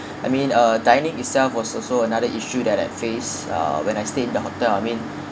I mean uh dining itself was also another issue that I face uh when I stayed in the hotel I mean